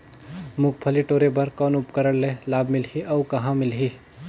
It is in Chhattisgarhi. मुंगफली टोरे बर कौन उपकरण ले लाभ मिलही अउ कहाँ मिलही?